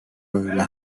böyle